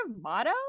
Motto